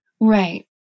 Right